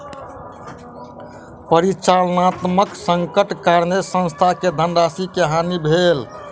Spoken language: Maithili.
परिचालनात्मक संकटक कारणेँ संस्थान के धनराशि के हानि भेल